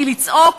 היא לצעוק ולהתלהם.